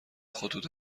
خطوط